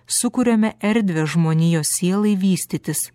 sukuriame erdvę žmonijos sielai vystytis